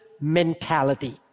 mentality